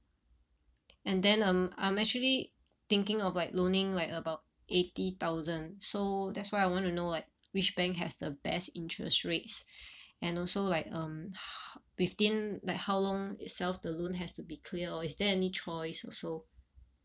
and then um I'm actually thinking of like loaning like about eighty thousand so that's why I want to know like which bank has the best interest rates and also like um ho~ within like how long itself the loan has to be clear or is there any choice also